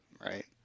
right